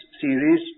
series